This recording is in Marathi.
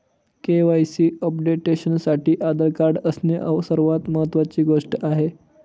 के.वाई.सी अपडेशनसाठी आधार कार्ड असणे सर्वात महत्वाची गोष्ट आहे